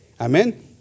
Amen